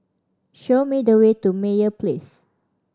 show me the way to Meyer Place